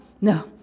no